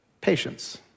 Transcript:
patience